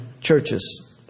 churches